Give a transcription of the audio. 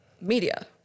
media